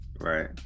right